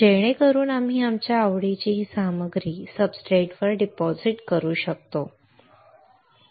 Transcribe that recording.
जेणेकरून आम्ही आमच्या आवडीची ही सामग्री सब्सट्रेटवर डिपॉझिट करू शकू